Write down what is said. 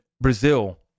Brazil